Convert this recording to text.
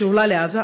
שעולה לעזה,